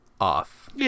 off